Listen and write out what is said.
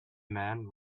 man